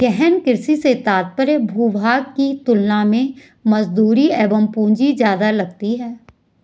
गहन कृषि से तात्पर्य भूभाग की तुलना में मजदूरी एवं पूंजी ज्यादा लगती है